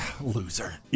Loser